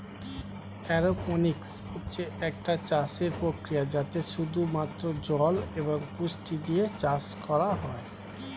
aeroponics হচ্ছে একটা চাষের প্রক্রিয়া যাতে শুধু মাত্র জল এবং পুষ্টি দিয়ে চাষ করা হয়